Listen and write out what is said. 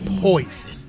Poison